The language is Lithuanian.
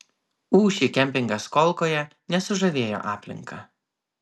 ūši kempingas kolkoje nesužavėjo aplinka